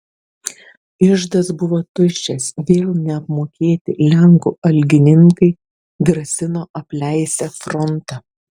iždas buvo tuščias vėl neapmokėti lenkų algininkai grasino apleisią frontą